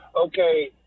Okay